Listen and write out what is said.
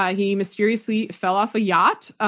ah he mysteriously fell off a yacht. ah